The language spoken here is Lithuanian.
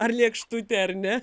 ar lėkštute ar ne